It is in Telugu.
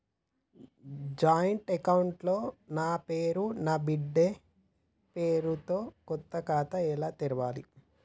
జాయింట్ అకౌంట్ లో నా పేరు నా బిడ్డే పేరు తో కొత్త ఖాతా ఎలా తెరవాలి?